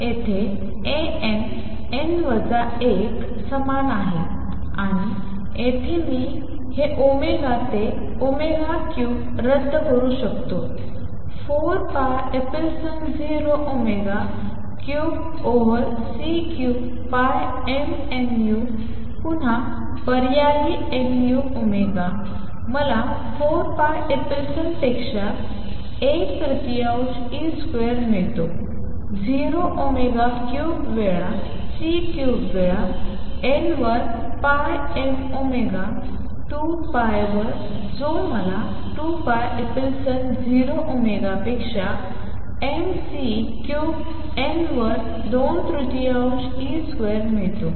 तर येथे A n n वजा 1 समान आहे आणि येथे मी हे ओमेगा ते ओमेगा क्यूबड रद्द करू शकतो 4 pi epsilon 0 omega cube over C cube pi m nu पुन्हा पर्यायी nu ओमेगा मला 4 pi epsilon पेक्षा 1 तृतीयांश ई स्क्वेअर मिळतो 0 ओमेगा क्यूबड वेळा c क्यूब्ड वेळा n वर pi m ओमेगा 2 pi वर जो मला 2 pi epsilon 0 ओमेगा पेक्षा m c cubed n वर 2 तृतीयांश ई स्क्वेअर मिळतो